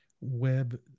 web